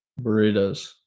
Burritos